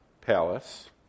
Palace